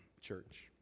church